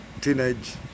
teenage